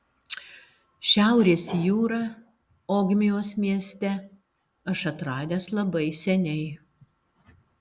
šiaurės jūrą ogmios mieste aš atradęs labai seniai